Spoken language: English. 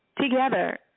together